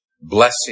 blessing